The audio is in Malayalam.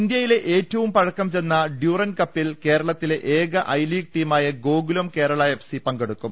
ഇന്ത്യയിലെ ഏറ്റവും പഴക്കം ചെന്ന ഡ്യൂറന്റ് കപ്പിൽ കേരളത്തിലെ ഏക ഐലീഗ് ടീമായ ഗോകുലം കേരള എഫ് സി പങ്കെടുക്കും